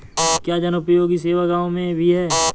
क्या जनोपयोगी सेवा गाँव में भी है?